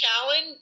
challenge